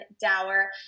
Dower